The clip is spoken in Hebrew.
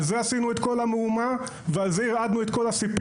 על זה עשינו את כל המהומה ועל זה הרעדנו את כל הסיפים,